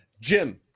Jim